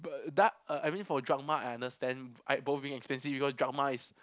but dark uh I mean for Dragma I understand I both being expensive because Dragma is